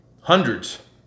Hundreds